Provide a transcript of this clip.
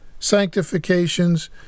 sanctifications